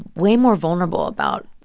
way more vulnerable about